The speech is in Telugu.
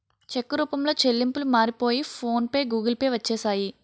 చెక్కు రూపంలో చెల్లింపులు మారిపోయి ఫోన్ పే గూగుల్ పే వచ్చేసాయి